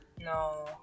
No